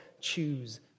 choose